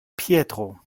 pietro